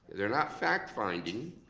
they're not fact finding,